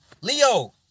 Leo